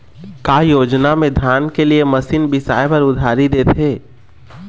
का योजना मे धान के लिए मशीन बिसाए बर उधारी देथे?